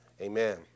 Amen